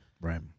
Right